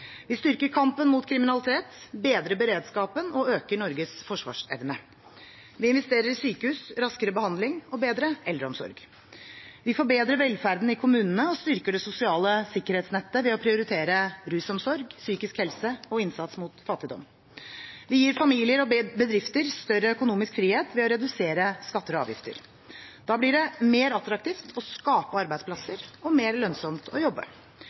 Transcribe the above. Vi styrker kampen mot kriminalitet, bedrer beredskapen og øker Norges forsvarsevne. Vi investerer i sykehus, raskere behandling og bedre eldreomsorg. Vi forbedrer velferden i kommunene og styrker det sosiale sikkerhetsnettet ved å prioritere rusomsorg, psykisk helse og innsats mot fattigdom. Vi gir familier og bedrifter større økonomisk frihet ved å redusere skatter og avgifter. Da blir det mer attraktivt å skape arbeidsplasser og mer lønnsomt å jobbe.